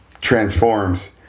transforms